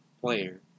player